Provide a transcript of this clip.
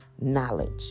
knowledge